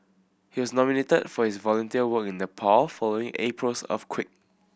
he was nominated for his volunteer work in Nepal following April's earthquake